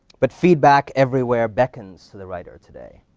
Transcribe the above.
but feedback everywhere beckons to the writer today,